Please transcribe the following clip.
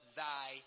thy